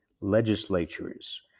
legislatures